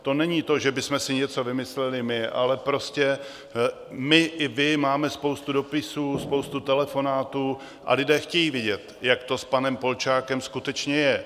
To není to, že bychom si něco vymysleli my, ale prostě my i vy máme spoustu dopisů, spoustu telefonátů a lidé chtějí vědět, jak to s panem Polčákem skutečně je.